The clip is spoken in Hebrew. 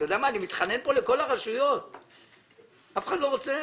אני מתחנן כאן לכל הרשויות אבל אף אחד לא רוצה.